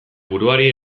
buruari